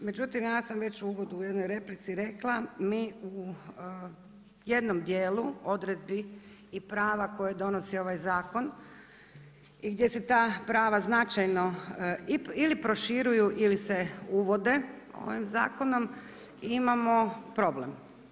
Međutim, ja sam već u uvodu u jednoj replici rekla, mi u jednom dijelu odredbi i prava koje donosi ovaj zakon i gdje se ta prava značajno ili proširuju ili se uvode ovim zakonom, imamo problem.